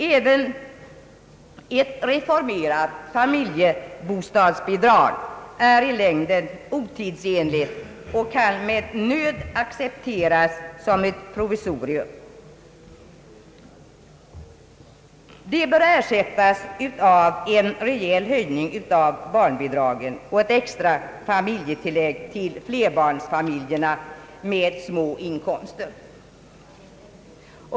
Även ett reformerat familjebostadsbidrag är i längden otidsenligt och kan med nöd accepteras som ett provisorium. Det bör ersättas av en rejäl höjning av barnbidraget och ett extra familjetillägg till flerbarnsfamiljer med små inkomster.